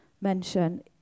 mention